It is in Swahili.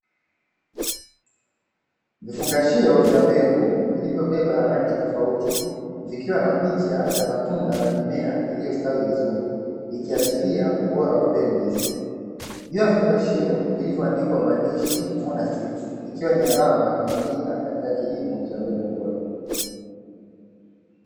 Vifungashio vya mbegu vilivyobeba rangi tofauti, vikiwa na picha za matunda na mimea iliyostawi vizuri, ikiashiria ubora wa mbegu hizi. Juu ya vifungashio vilivyoandikwa maandishi "Vuna Seeds", ikiwa ni alama ya kuaminikia katika kilimo cha mbegu bora.